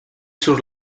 surt